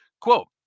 Quote